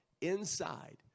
inside